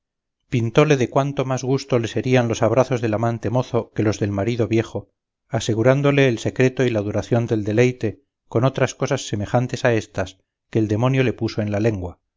pintóle de cuánto más gusto le serían los abrazos del amante mozo que los del marido viejo asegurándole el secreto y la duración del deleite con otras cosas semejantes a éstas que el demonio le puso en la lengua